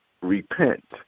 repent